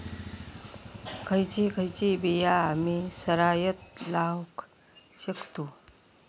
खयची खयची बिया आम्ही सरायत लावक शकतु?